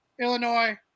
Illinois